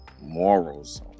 morals